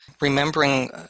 remembering